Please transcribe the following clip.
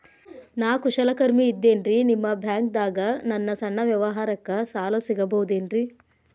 ನಾ ಕುಶಲಕರ್ಮಿ ಇದ್ದೇನ್ರಿ ನಿಮ್ಮ ಬ್ಯಾಂಕ್ ದಾಗ ನನ್ನ ಸಣ್ಣ ವ್ಯವಹಾರಕ್ಕ ಸಾಲ ಸಿಗಬಹುದೇನ್ರಿ?